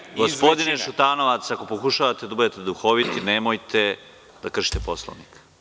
Molim vas, gospodine Šutanovac, ako pokušavate da budete duhoviti, nemojte da kršite Poslovnik.